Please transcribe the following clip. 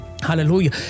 Hallelujah